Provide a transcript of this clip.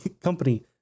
company